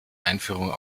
einführung